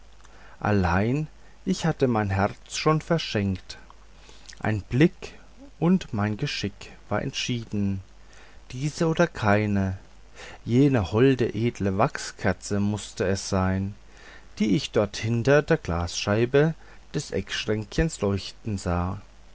allein ich hatte mein herz schon verschenkt ein blick und mein geschick war entschieden diese oder keine jene holde edle wachskerze mußte es sein die ich dort hinter der glasscheibe des eckschränkchens leuchten sah